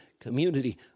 community